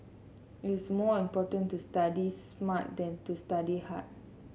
it is more important to study smart than to study hard